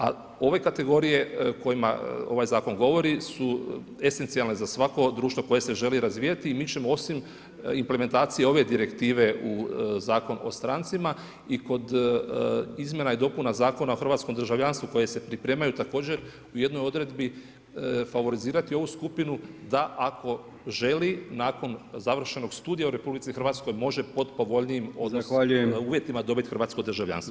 A ove kategorije o kojima ovaj zakon govori su esencijalne za svako društvo koje se želi razvijati i mi ćemo osim implementacije ove direktive u Zakon o strancima, i kod izmjena i dopuna Zakona o hrvatskom državljanstvu koje se pripremaju također, u jednoj odredbi favorizirati ovu skupinu da ako želi nakon završenog studija u RH može pod povoljnijim uvjetima dobiti hrvatsko državljanstvo.